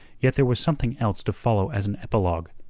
yet there was something else to follow as an epilogue,